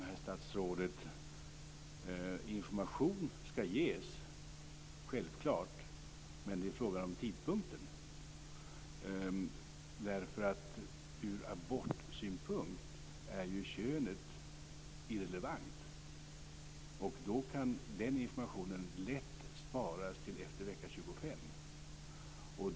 Herr talman och herr statsråd! Information skall ges, självklart, men det är fråga om tidpunkten. Ur abortsynpunkt är ju könet irrelevant, och då kan den informationen lätt sparas till efter vecka 25.